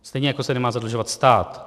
Stejně jako se nemá zadlužovat stát.